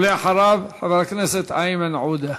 ואחריו, חבר הכנסת איימן עודה.